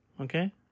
okay